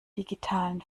digitalen